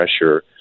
pressure